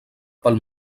pel